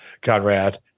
Conrad